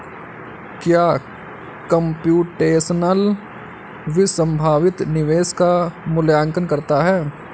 क्या कंप्यूटेशनल वित्त संभावित निवेश का मूल्यांकन करता है?